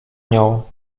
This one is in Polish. nią